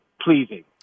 pleasing